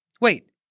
wait